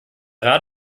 rat